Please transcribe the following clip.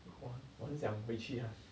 !wah! 我很想回去 ah